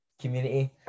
community